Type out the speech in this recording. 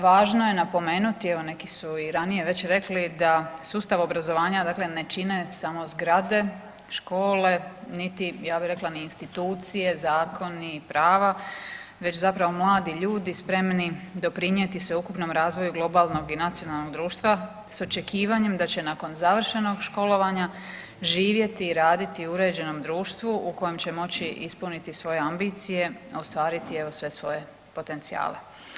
Važno je napomenuti, evo neki su i ranije već rekli da sustav obrazovanja dakle ne čine samo zgrade, škole, niti ja bi rekla ni institucije, zakoni već zapravo mladi ljudi spremni doprinijeti sveukupnom razvoju globalnog i nacionalnog društva s očekivanjem da će nakon završenog školovanja živjeti i raditi u uređenom društvu u kojem će moći ispuniti svoje ambicije, ostvariti evo sve svoje potencijale.